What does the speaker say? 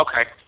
Okay